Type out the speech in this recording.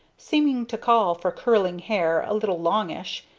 seeming to call for curling hair a little longish,